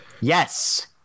Yes